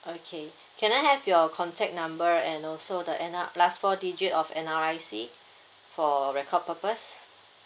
okay can I have your contact number and also the N_R last four digit of N_R_I_C for record purpose